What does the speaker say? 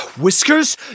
Whiskers